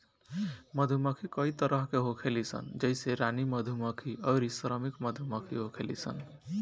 मधुमक्खी कई तरह के होखेली सन जइसे रानी मधुमक्खी अउरी श्रमिक मधुमक्खी होखेली सन